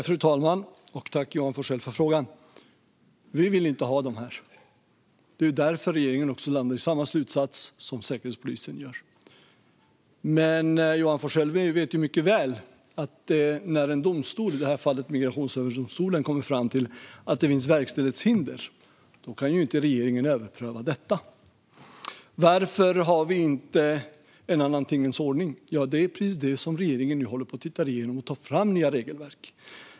Fru talman! Tack, Johan Forssell, för frågan! Vi vill inte ha dem här, och det är därför som regeringen landar i samma slutsats som Säkerhetspolisen gör. Johan Forssell vet dock mycket väl att när en domstol, i det här fallet Migrationsöverdomstolen, kommer fram till att det finns verkställighetshinder kan regeringen inte överpröva detta. Varför har vi inte en annan tingens ordning? Det är precis det som regeringen nu håller på med: att titta igenom detta och ta fram nya regelverk.